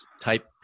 type